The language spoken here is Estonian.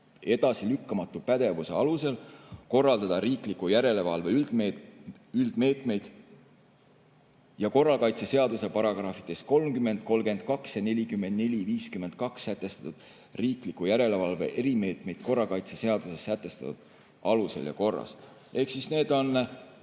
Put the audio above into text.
edasilükkamatu pädevuse alusel kohaldada riikliku järelevalve üldmeetmeid ja korrakaitseseaduse §-des 30, 32 ja 44–52 sätestatud riikliku järelevalve erimeetmeid korrakaitseseaduses sätestatud alusel ja korras." Ehk need on